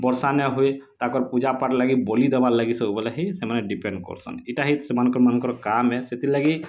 ବର୍ଷା ନାଇଁ ହୁଏ ତାକର୍ ପୂଜା ପାଠ୍ ଲାଗି ବଲି ଦବାର୍ ଲାଗି ସବୁବେଲେ ହିଁ ସେମାନେ ଡ଼ିପେଣ୍ଡ୍ କରୁସନ୍ ଏଟା ହିଁ ସେମାନଙ୍କର୍ ମାନକର୍ କାମ୍ ଏ ସେଥିର୍ଲାଗି